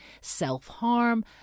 self-harm